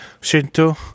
Shinto